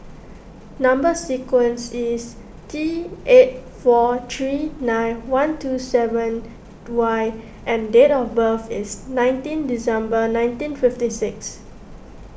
Number Sequence is T eight four three nine one two seven Y and date of birth is nineteen December nineteen fifty six